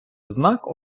знак